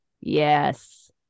Yes